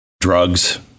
drugs